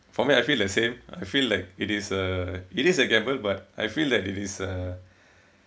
for me I feel the same I feel like it is uh it is a gamble but I feel that it is uh